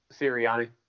Sirianni